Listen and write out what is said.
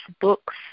books